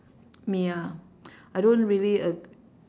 me ah I don't really ag~